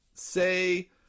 say